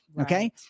Okay